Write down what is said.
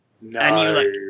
No